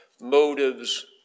motives